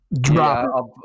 Drop